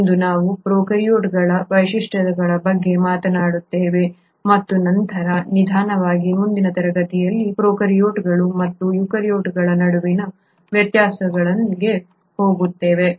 ಇಂದು ನಾವು ಪ್ರೊಕಾರ್ಯೋಟ್ಗಳ ವೈಶಿಷ್ಟ್ಯಗಳ ಬಗ್ಗೆ ಮಾತನಾಡುತ್ತೇವೆ ಮತ್ತು ನಂತರ ನಿಧಾನವಾಗಿ ಮುಂದಿನ ತರಗತಿಯಲ್ಲಿ ಪ್ರೊಕಾರ್ಯೋಟ್ಗಳು ಮತ್ತು ಯೂಕ್ಯಾರಿಯೋಟ್ಗಳ ನಡುವಿನ ವ್ಯತ್ಯಾಸಗಳಿಗೆ ಹೋಗುತ್ತೇವೆ